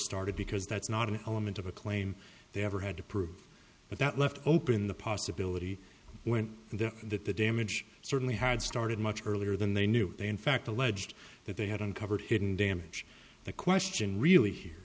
started because that's not an element of a claim they ever had to prove but that left open the possibility went there that the damage certainly had started much earlier than they knew they in fact alleged that they had uncovered hidden damage the question really